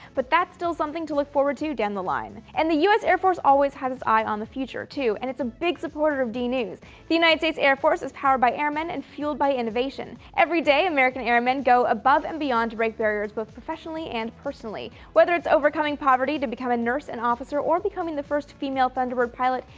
but that's still something to look forward to down the line. and the u s. air force always has its eye on the future, too, and it's a big supporter of supporter of dnews! the united states air force is powered by airmen and fueled by innovation. every day american airmen go above and beyond to break barriers both professionally and personally. whether it's overcoming poverty to become a nurse and officer or becoming the first female thunderbird pilot,